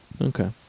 Okay